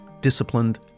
disciplined